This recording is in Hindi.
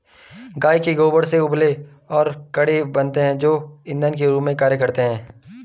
गाय के गोबर से उपले और कंडे बनते हैं जो इंधन के रूप में कार्य करते हैं